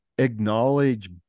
acknowledge